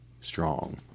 strong